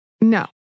No